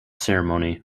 ceremony